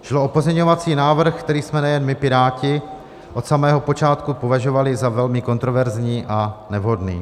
Šlo o pozměňovací návrh, který jsme nejen my Piráti od samého počátku považovali za velmi kontroverzní a nevhodný.